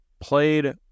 played